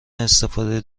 استفاده